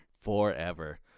forever